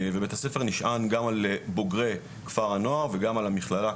ובית הספר נשען גם על בוגרי כפר הנוער וגם על המכללה,